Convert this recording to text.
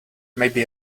maybe